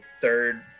third